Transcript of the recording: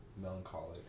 melancholic